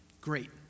Great